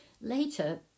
Later